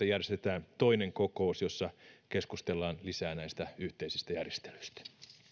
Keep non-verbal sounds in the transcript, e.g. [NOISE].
[UNINTELLIGIBLE] järjestetään toinen kokous jossa keskustellaan lisää näistä yhteisistä järjestelyistä